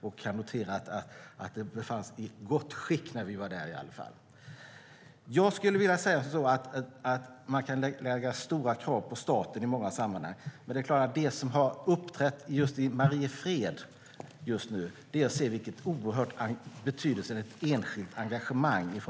Vi kunde notera att det befann sig i gott skick när vi var där i alla fall. Man kan ställa stora krav på staten i många sammanhang, men det som har skett i Mariefred nu visar vilken oerhörd betydelse ett enskilt engagemang har.